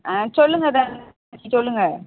ஆ சொல்லுங்கள் தரணி சொல்லுங்கள்